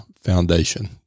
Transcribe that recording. Foundation